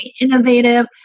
innovative